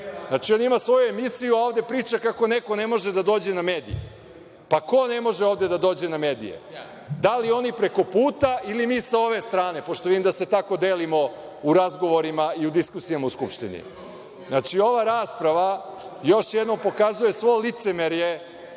Znači, on ima svoju emisiju, a ovde priča kako neko ne može da dođe na medije. Pa, ko ovde ne može da dođe na medije, da li oni preko puta ili mi sa ove strane, pošto vidim da se tako delimo u razgovorima i u diskusijama u Skupštini? Znači, ova rasprava još jednom pokazuje svo licemerje